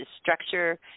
structure